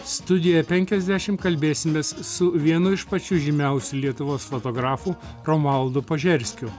studija penkiasdešimt kalbėsimės su vienu iš pačių žymiausių lietuvos fotografų romualdu požerskiu